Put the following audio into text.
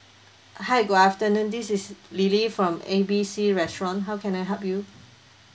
hi good afternoon this is lily from A B C restaurant how can I help you